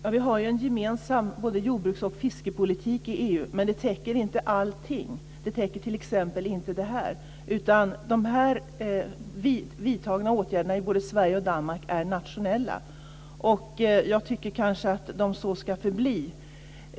Fru talman! Vi har en gemensam jordbruks och fiskepolitik i EU. Men den täcker inte allting. Den täcker t.ex. inte det här, utan de vidtagna åtgärderna i både Sverige och Danmark är nationella, och jag tycker kanske också att de så ska förbli.